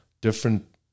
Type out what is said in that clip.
different